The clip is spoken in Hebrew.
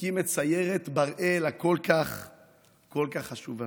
הקים את סיירת בראל הכל-כך חשובה.